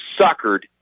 suckered